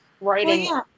writing